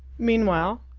meanwhile?